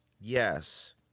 yes